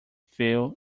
feel